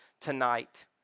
tonight